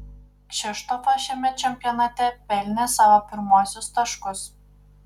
kšištofas šiame čempionate pelnė savo pirmuosius taškus